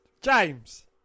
James